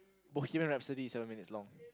bohemian rhapsody is seven minutes long